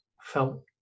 felt